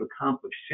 accomplished